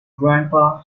grandpa